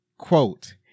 Quote